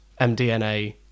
MDNA